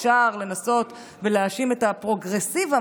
אפשר לנסות ולהאשים את הפרוגרסיבה,